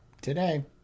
today